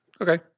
Okay